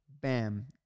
bam